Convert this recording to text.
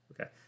Okay